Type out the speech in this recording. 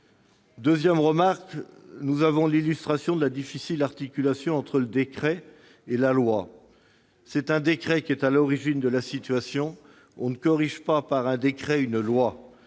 le décret. Ensuite, nous avons l'illustration de la difficile articulation entre le décret et la loi. C'est un décret qui est à l'origine de la situation. On ne corrige pas un décret par une loi.